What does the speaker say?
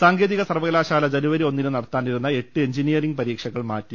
സാങ്കേതിക സർവ്വകലാശാല ജനുവരി ഒന്നിന് നടത്താനിരുന്ന എട്ട് എഞ്ചിനീയറിംഗ് പരീക്ഷകൾ മാറ്റി